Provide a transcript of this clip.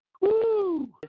Woo